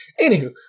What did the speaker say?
Anywho